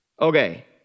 Okay